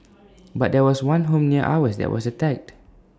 but there was one home near ours that was attacked